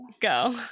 Go